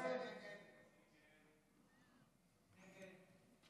ההסתייגות של חבר הכנסת עידן רול אחרי